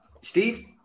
Steve